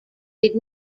did